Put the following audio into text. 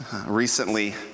recently